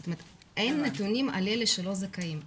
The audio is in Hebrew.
זאת אומרת, אין נתונים על אלה שלא זכאים.